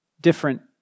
different